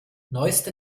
neueste